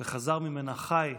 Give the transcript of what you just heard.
וחזר ממנה חי,